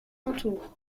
entoure